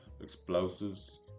Explosives